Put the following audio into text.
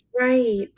Right